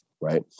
Right